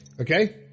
Okay